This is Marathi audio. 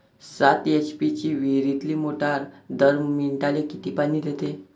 सात एच.पी ची विहिरीतली मोटार दर मिनटाले किती पानी देते?